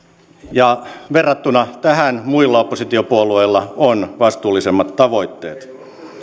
ja verrattuna tähän muilla oppositiopuolueilla on vastuullisemmat tavoitteet